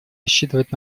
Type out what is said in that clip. рассчитывать